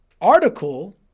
article